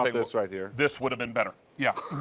like this right here. this would have been better. yeah.